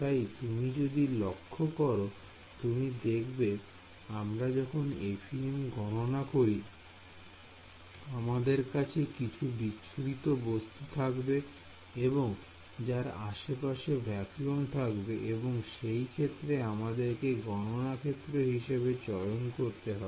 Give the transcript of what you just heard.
তাই তুমি যদি লক্ষ্য করো তুমি দেখবে আমরা যখন FEM গণনা করি আমাদের কাছে কিছু বিচ্ছুরিত বস্তু থাকবে এবং যার আশেপাশে ভ্যাকুয়াম থাকবে এবং সেই ক্ষেত্রে আমাদেরকে গণনা ক্ষেত্র হিসেবে চয়ন করতে হবে